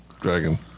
dragon